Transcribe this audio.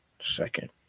Second